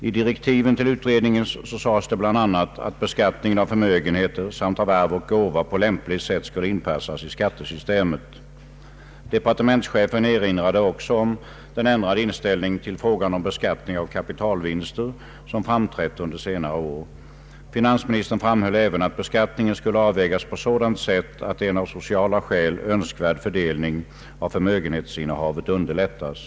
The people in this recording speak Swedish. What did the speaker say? I direktiven till utredningen sades det bl.a. att beskattningen av förmögenheter samt av arv och gåva på lämpligt sätt skulle inpassas i skattesystemet. Departementschefen erinrade också om den ändrade inställningen till frågan om beskattning av kapitalvinster som framträtt under senare år. Finansministern framhöll även att beskattningen skulle avvägas på sådant sätt att en av sociala skäl önskvärd fördelning av förmögenhetsinnehavet underlättas.